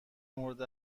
مورد